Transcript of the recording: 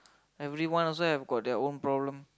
everyone also have got their own problem